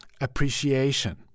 appreciation